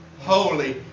holy